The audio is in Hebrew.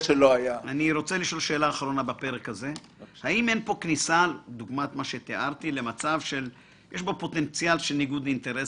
האם אין פה כניסה למצב שיש בו פוטנציאל של ניגוד אינטרסים,